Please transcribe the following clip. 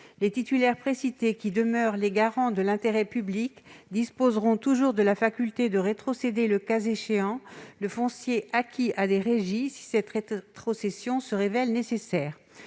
Les titulaires précités, qui demeurent les garants de l'intérêt public, disposeront toujours de la faculté de rétrocéder le foncier acquis, le cas échéant, à des régies, si cette rétrocession se révèle nécessaire.